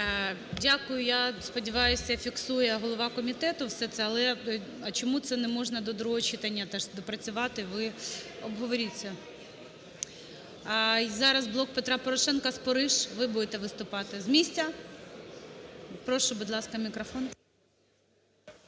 Дякую. Я сподіваюся, фіксує голова комітету все це. Але а чому це не можна до другого читання теж доопрацювати, ви обговоріть це. Зараз "Блок Петра Порошенка", Спориш. Ви будете виступати з місця?